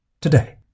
today